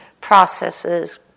processes